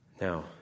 Now